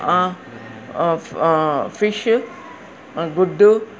fish గుడ్డు